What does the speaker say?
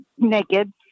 naked